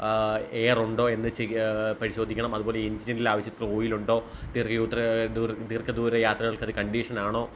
air ഉണ്ടോ എന്ന് ചെ പരിശോധിക്കണം അതുപോലെ എൻജിനിൽ ആവശ്യത്തിന് ഓയിൽ ഉണ്ടോ ദീർദൂത്ര ദീർഘദൂര യാത്രകൾക്ക് അത് കണ്ടീഷൻ ആണോ